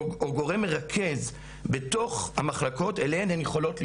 או גורם מרכז בתוך המחלקות אליו הן יכולות לפנות.